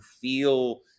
feel